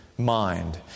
Mind